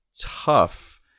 tough